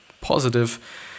positive